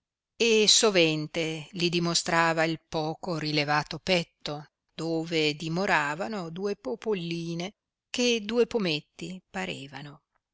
e sovente li dimostrava il poco rilevato petto dove dimoravano due popolline che due pometti parevano